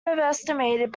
overestimated